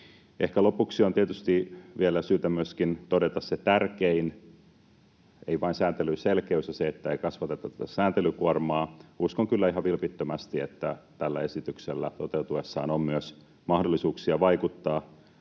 Ehkä lopuksi on tietysti vielä syytä myöskin todeta se tärkein — ei vain sääntelyn selkeys ja se, että ei kasvateta sääntelykuormaa — että uskon kyllä ihan vilpittömästi, että tällä esityksellä toteutuessaan on myös mahdollisuuksia vaikuttaa